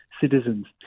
citizens